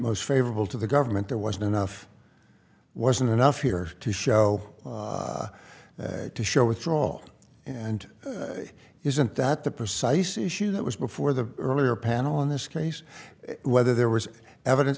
most favorable to the government there wasn't enough wasn't enough here to show to show withdraw and isn't that the precise issue that was before the earlier panel in this case whether there was evidence